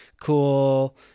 cool